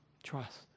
Trust